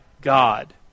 God